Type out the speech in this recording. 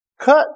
cut